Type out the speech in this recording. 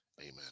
Amen